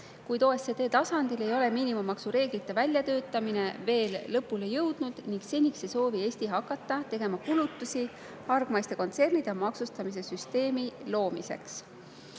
Kuid OECD tasandil ei ole miinimummaksureeglite väljatöötamine veel lõpule jõudnud ning seniks ei soovi Eesti hakata tegema kulutusi hargmaiste kontsernide maksustamise süsteemi loomiseks.